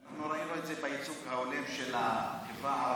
אנחנו ראינו את זה בייצוג ההולם של החברה הערבית,